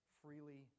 freely